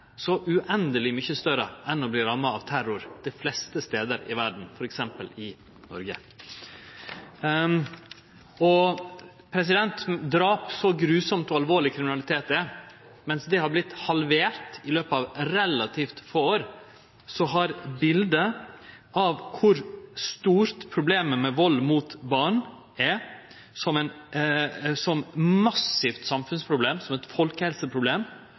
så uendeleg mykje større enn risikoen for å verte ramma av terror dei fleste stader i verda, f.eks. i Noreg. Mens talet på drap – så grufull og alvorleg kriminalitet det er – har vorte halvert i løpet av relativt få år, har bildet av kor stort problemet med vald mot barn er som massivt samfunnsproblem, som eit folkehelseproblem